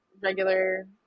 regular